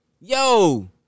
yo